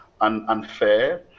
unfair